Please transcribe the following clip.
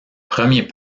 premier